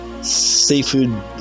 Seafood